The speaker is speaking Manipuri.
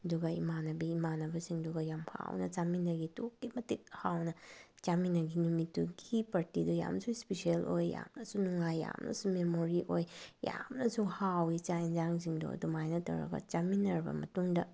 ꯑꯗꯨꯒ ꯏꯃꯥꯟꯅꯕꯤ ꯏꯃꯥꯟꯅꯕꯁꯤꯡꯗꯨꯒ ꯌꯥꯝ ꯍꯥꯎꯅ ꯆꯥꯃꯤꯟꯅꯈꯤ ꯑꯗꯨꯛꯀꯤ ꯃꯇꯤꯛ ꯍꯥꯎꯅ ꯆꯥꯃꯤꯟꯅꯈꯤ ꯅꯨꯃꯤꯠꯇꯨꯒꯤ ꯄꯥꯔꯇꯤꯗꯨ ꯌꯥꯝꯁꯨ ꯏꯁꯄꯤꯁꯦꯜ ꯑꯣꯏ ꯌꯥꯝꯅꯁꯨ ꯅꯨꯡꯉꯥꯏ ꯌꯥꯝꯅꯁꯨ ꯃꯦꯃꯣꯔꯤ ꯑꯣꯏ ꯌꯥꯝꯅꯁꯨ ꯍꯥꯎꯋꯤ ꯆꯥꯛ ꯑꯦꯟꯁꯥꯡꯁꯤꯡꯗꯣ ꯑꯗꯨꯃꯥꯏꯅ ꯇꯧꯔꯒ ꯆꯥꯃꯤꯟꯅꯔꯕ ꯃꯇꯨꯡꯗ